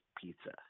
pizza